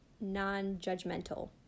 non-judgmental